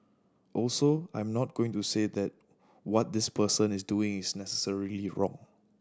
also I'm not going to say that what this person is doing is necessarily wrong